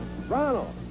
Ronald